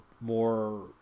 more